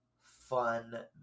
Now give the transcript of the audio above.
fun